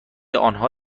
آنها